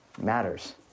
matters